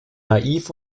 naiv